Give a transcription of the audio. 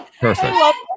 Perfect